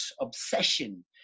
obsession